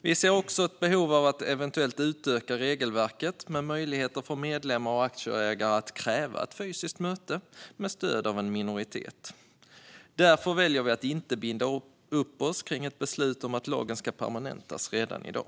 Vi ser också ett behov av att eventuellt utöka regelverket med möjligheter för medlemmar och aktieägare att kräva ett fysiskt möte med stöd av en minoritet. Därför väljer vi att inte binda oss vid ett beslut om att lagen ska permanentas redan i dag.